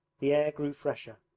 the air grew fresher.